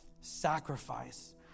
sacrifice